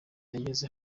yageze